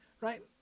right